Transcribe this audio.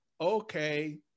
okay